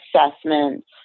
assessments